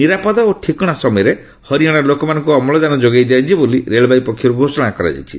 ନିରାପଦ ଓ ଠିକଣା ସମୟରେ ହରିଆଶାର ଲୋକମାନଙ୍କୁ ଅମ୍ଳଜାନ ଯୋଗାଇ ଦିଆଯିବ ବୋଲି ରେଳବାଇ ପକ୍ଷରୁ ଘୋଷଣା କରାଯାଇଛି